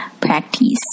Practice